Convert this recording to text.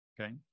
Okay